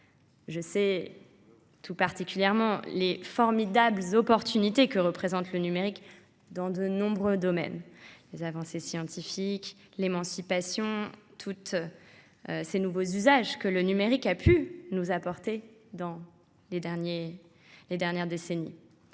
Je sais les formidables chances que représente le numérique dans de nombreux domaines : les avancées scientifiques, l’émancipation et tous les nouveaux usages que le numérique a pu nous apporter au cours des dernières décennies.